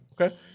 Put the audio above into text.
Okay